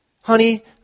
Honey